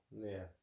Yes